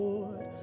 Lord